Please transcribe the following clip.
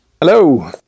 Hello